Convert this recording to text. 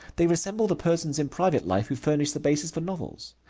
they resemble the persons in private life who furnish the basis for novels.